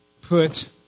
put